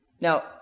Now